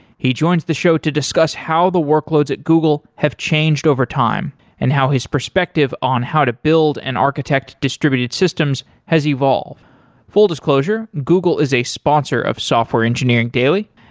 he joins the show to discuss how the workloads at google have changed over time, and how his perspective on how to build and architect distributed systems has evolved full disclosure, google is a sponsor of software engineering daily.